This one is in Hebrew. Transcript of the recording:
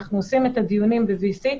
אנחנו מקיימים את הדיונים ב-VC,